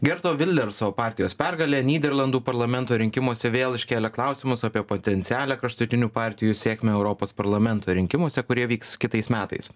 gerto vilderso partijos pergalė nyderlandų parlamento rinkimuose vėl iškėlė klausimus apie potencialią kraštutinių partijų sėkmę europos parlamento rinkimuose kurie vyks kitais metais